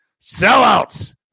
Sellouts